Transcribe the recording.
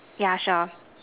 ya sure